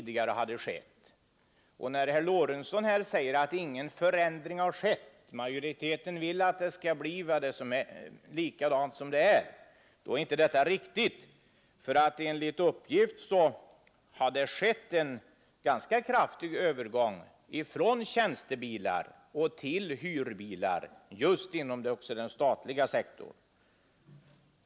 Det är inte riktigt, som herr Lorentzon säger, att ingen förändring har skett och att majoriteten vill att förhållandena skall förbli som de är. Enligt uppgift har det nämligen skett en ganska kraftig övergång från tjänstebilar till hyrbilar just inom den statliga sektorn.